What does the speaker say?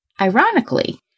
ironically